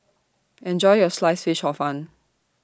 Enjoy your Sliced Fish Hor Fun